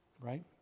Right